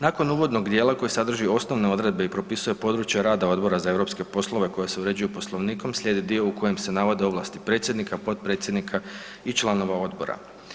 Nakon uvodnog djela koje sadrži osnovne odredbe i propisuje područja rada Odbora za europske poslove koje se određuju Poslovnikom, slijedi dio u kojem se navodi ovlasti predsjednika, potpredsjednika i članova odbora.